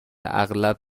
اغلب